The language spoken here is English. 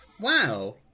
Wow